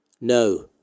No